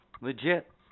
Legit